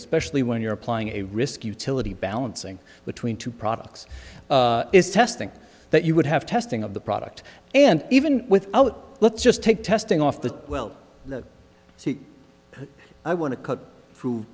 especially when you're applying a risk utility balancing between two products is testing that you would have testing of the product and even without let's just take testing off the well let's see i want to cut through